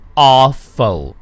Awful